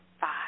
five